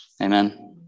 Amen